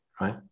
right